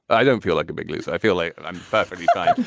i don't feel like a big loser. i feel like i'm perfectly fine.